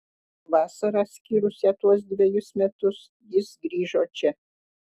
vasarą skyrusią tuos dvejus metus jis grįžo čia